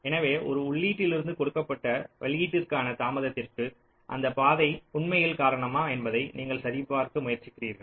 எனவே ஒரு உள்ளீட்டிலிருந்து கொடுக்கப்பட்ட வெளியீட்டிற்கான தாமதத்திற்கு அந்தப் பாதை உண்மையில் காரணமா என்பதை நீங்கள் சரிபார்க்க முயற்சிக்கிறீர்கள்